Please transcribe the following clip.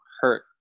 hurt